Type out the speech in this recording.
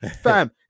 Fam